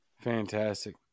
Fantastic